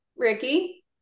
Ricky